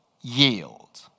yield